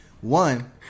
one